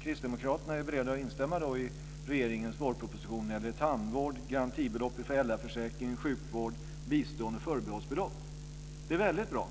Kristdemokraterna är beredda att instämma i regeringens vårproposition när det gäller tandvård, garantibelopp i föräldraförsäkringen, sjukvård, bistånd och förbehållsbelopp. Det är väldigt bra.